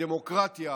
בדמוקרטיה